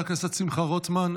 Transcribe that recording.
חבר הכנסת שמחה רוטמן,